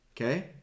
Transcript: Okay